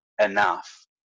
enough